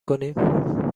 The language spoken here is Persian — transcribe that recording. کنیم